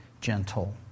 gentle